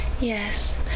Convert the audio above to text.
Yes